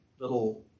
little